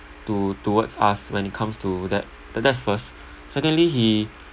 to~ towards us when it comes to that tha~ that's first secondly he